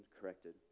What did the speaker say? corrected